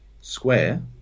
Square